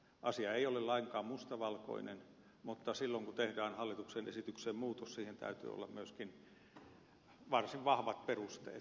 asia ei ole lainkaan mustavalkoinen mutta silloin kun tehdään hallituksen esitykseen muutos siihen täytyy olla myöskin varsin vahvat perusteet